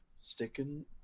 Sticking